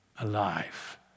alive